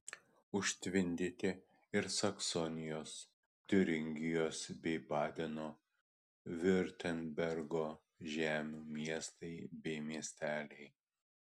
užtvindyti ir saksonijos tiuringijos bei badeno viurtembergo žemių miestai bei miesteliai